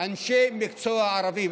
אנשי מקצוע ערבים.